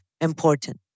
important